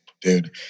dude